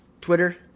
twitter